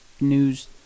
news